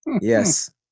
yes